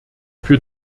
für